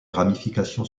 ramifications